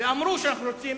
ואמרו שאנחנו רוצים